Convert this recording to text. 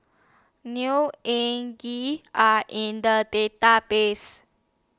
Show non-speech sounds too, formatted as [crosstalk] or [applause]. Neo Anngee [unintelligible] Are in The Database